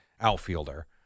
outfielder